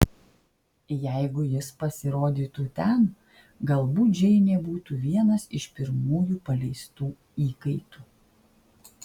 jeigu jis pasirodytų ten galbūt džeinė būtų vienas iš pirmųjų paleistų įkaitų